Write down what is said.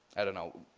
i don't know,